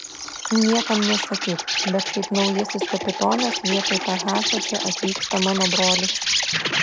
niekam nesakyk bet kaip naujasis kapitonas vietoj tahašo čia atvyksta mano brolis